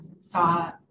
saw